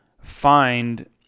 find